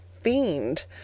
fiend